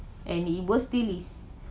and it will still is